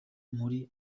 muri